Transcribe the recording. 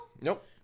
Nope